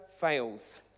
fails